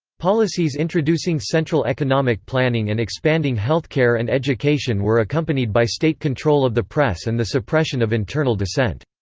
policies introducing central economic planning and expanding healthcare and education were accompanied by state control of the press and the suppression of internal dissent.